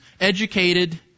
educated